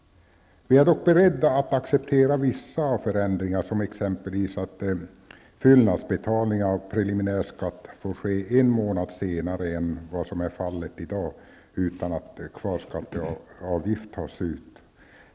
Vi är dock beredda att acceptera vissa av förändringarna, såsom t.ex. att fyllnadsinbetalning av preliminär skatt får ske en månad senare än vad som är fallet i dag utan att kvarskatteavgift tas ut.